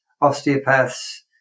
osteopaths